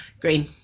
Green